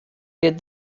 did